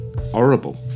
horrible